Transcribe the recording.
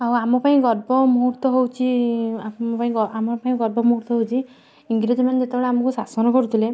ଆଉ ଆମ ପାଇଁ ଗର୍ବ ମୁହୂର୍ତ୍ତ ହଉଛି ଆମ ଆମ ପାଇଁ ଗର୍ବ ହଉଛି ଇଂରାଜୀ ମାନେ ଯେତେବେଳେ ଆମୁକୁ ଶାସନ କରୁଥିଲେ